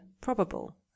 probable